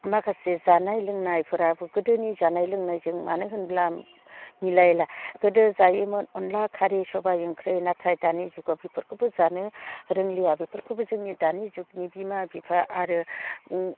माखासे जानाय लोंनायफोराबो गोदोनि जानाय लोंनायजों मानो होनब्ला मिलायला गोदो जायोमोन अनद्ला खारै सबाय ओंख्रि नाथाय दानि जुगाव बेफोरखौबो जानो रोंलिया बेफोरखौबो दानि जुगनि बिमा बिफा आरो